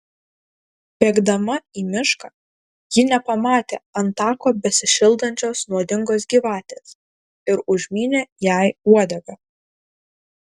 bėgdama į mišką ji nepamatė ant tako besišildančios nuodingos gyvatės ir užmynė jai uodegą